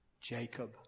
Jacob